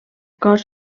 cos